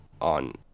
on